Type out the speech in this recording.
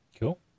cool